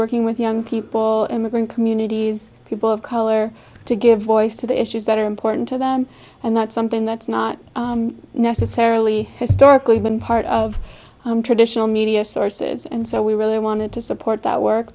working with young people immigrant communities people of color to give voice to the issues that are important to them and that's something that's not necessarily historically been part of traditional media sources and so we really wanted to support that work